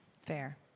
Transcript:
Fair